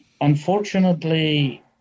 unfortunately